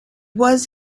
was